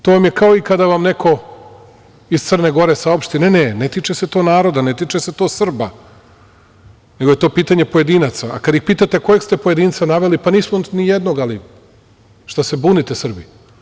To vam je kao, kada vam neko iz Crne Gore saopšti – ne, ne, ne tiče se to naroda, ne tiče se to Srba, nego je to pitanje pojedinaca, a kada ih pitate kojeg ste pojedinca naveli, pa nismo nijednog, ali šta se bunite Srbi?